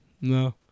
No